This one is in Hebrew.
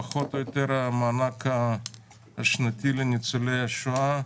מקפיצים את המענק השנתי לניצולי השואה